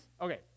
Okay